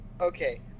Okay